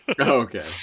Okay